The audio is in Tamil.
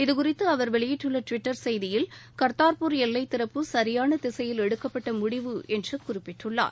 இது குறித்து அவர் வெளியிட்டுள்ள டுவிட்டர் செய்தியில் கர்தார் எல்லை திறப்பு சரியான திசையில் எடுக்கப்பட்ட முடிவு என்று குறிப்பிட்டுள்ளார்